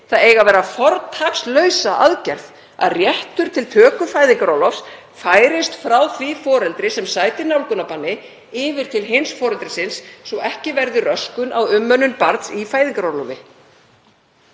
það eiga að vera fortakslausa aðgerð að réttur til töku fæðingarorlofs færist frá því foreldri sem sætir nálgunarbanni yfir til hins foreldrisins svo ekki verði röskun á umönnun barns í fæðingarorlofi.